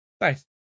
Nice